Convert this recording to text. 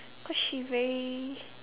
cause she very